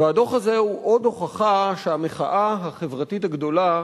והדוח הזה הוא עוד הוכחה שהמחאה החברתית הגדולה